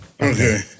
Okay